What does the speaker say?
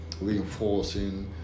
reinforcing